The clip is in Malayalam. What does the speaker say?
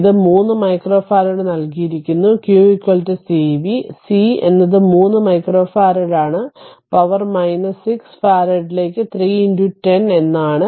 ഇതിന് 3 മൈക്രോ ഫാരഡ് നൽകിയിരിക്കുന്നു q cv c എന്നത് 3 മൈക്രോ ഫാരഡ് ആണ് പവർ 6 ഫാരഡിലേക്ക് 3 10 എന്നാണ്